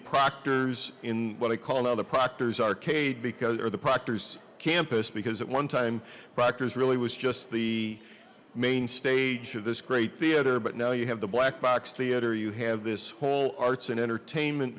proctors in what i call another proctors arcade because they're the proctors campus because at one time bikers really was just the main stage of this great theater but now you have the black box theater you have this whole arts and entertainment